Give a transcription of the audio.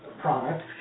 product